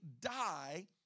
die